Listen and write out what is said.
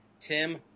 Tim